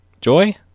Joy